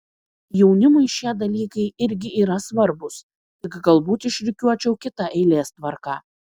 jaunimui šie dalykai irgi yra svarbūs tik galbūt išrikiuočiau kita eilės tvarka